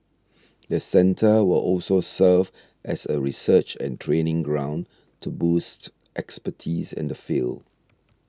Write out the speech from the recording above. the centre will also serve as a research and training ground to boost expertise in the field